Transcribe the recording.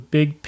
Big